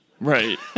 right